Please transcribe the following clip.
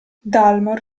dalmor